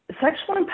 sexual